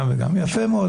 גם וגם, יפה מאוד.